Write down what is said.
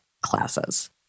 classes